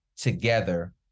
together